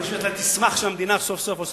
אני חושב שאתה תשמח שהמדינה סוף-סוף עושה